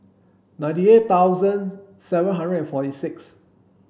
ninety eight thousand seven hundred and forty six